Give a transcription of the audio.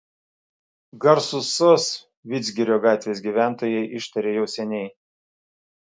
garsų sos vidzgirio gatvės gyventojai ištarė jau seniai